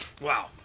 Wow